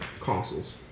consoles